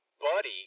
Buddy